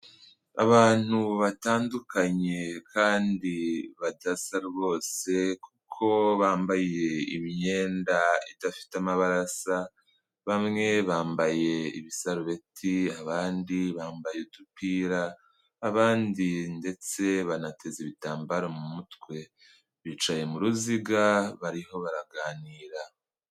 Abantu batandukanye kandi badasa rwose, kuko bambaye imyenda idafite amabara asa, bamwe bambaye ibisarubeti, abandi bambaye udupira, abandi ndetse banateze ibitambaro mu mutwe, bicaye mu ruziga bariho baraganira.